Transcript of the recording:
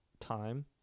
time